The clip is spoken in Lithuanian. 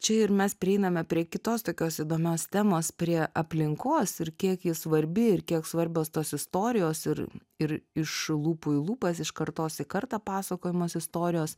čia ir mes prieiname prie kitos tokios įdomios temos prie aplinkos ir kiek ji svarbi ir kiek svarbios tos istorijos ir ir iš lūpų į lūpas iš kartos į kartą pasakojamos istorijos